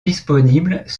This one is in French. disponibles